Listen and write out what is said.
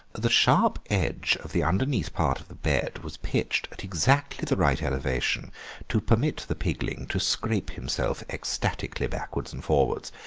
the sharp edge of the underneath part of the bed was pitched at exactly the right elevation to permit the pigling to scrape himself ecstatically backwards and forwards,